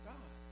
God